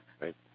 Right